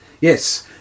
Yes